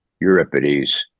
Euripides